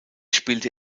spielte